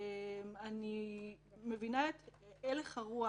אני מבינה את הלך הרוח,